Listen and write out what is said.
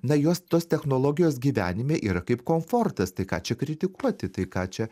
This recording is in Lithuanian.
na jos tos technologijos gyvenime yra kaip komfortas tai ką čia kritikuoti tai ką čia